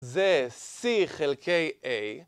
זה C חלקי A